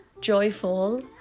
joyful